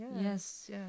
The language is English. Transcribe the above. Yes